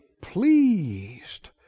pleased